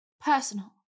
personal